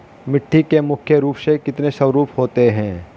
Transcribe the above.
मिट्टी के मुख्य रूप से कितने स्वरूप होते हैं?